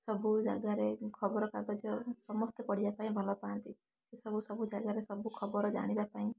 ସବୁ ଜାଗାରେ ଖବରକାଗଜ ସମସ୍ତେ ପଢ଼ିବା ପାଇଁ ଭଲ ପାଆନ୍ତି ସବୁ ସବୁ ଜାଗାରେ ସବୁ ଖବର ଜାଣିବା ପାଇଁ